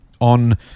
on